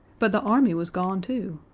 but the army was gone too!